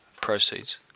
proceeds